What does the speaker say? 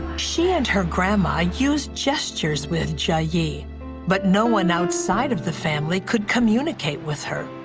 she had her grandma used gestures with jiayi, yeah but no one outside of the family could communicate with her.